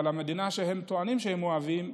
אבל המדינה שהם טוענים שהם אוהבים,